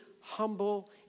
humble